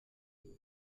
زیادی